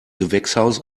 gewächshaus